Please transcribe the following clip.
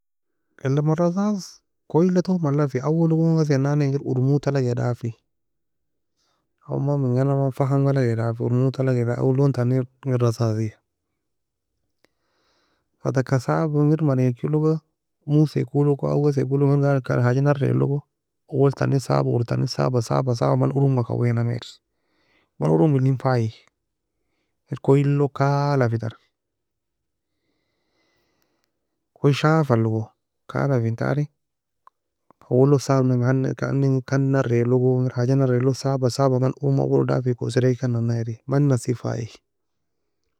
قلم الرصاص koyelaton mi allafi, awwo logon ghase nannae ingir ormood ta'alagi daffi. او man minga igina famga'lagi daffi ormod ta 'alagai, او lontani ingir rasasiya, f taka saba ingir mani enchi logo musekologo او ghaseko logo ingir haje narrie logo, owoltani saba oretani saba saba saba, man ormga kawaynami irr, man ormelin faye, ingir koyelo kala fi tar, koye shafalogo, kala fentany owolog sabnami, kan kan kandy narrie logo, haje narrie logo saba saba man orm awo log daffika oseda kikan nanna iri, man assei faie.